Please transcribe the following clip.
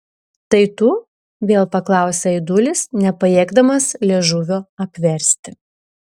tai tu vėl paklausė aidulis nepajėgdamas liežuvio apversti